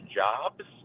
jobs